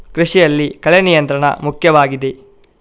ಕೃಷಿಯಲ್ಲಿ ಕಳೆ ನಿಯಂತ್ರಣ ಮುಖ್ಯವಾಗಿದೆ